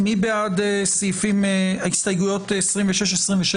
מי בעד הסתייגויות 26-28?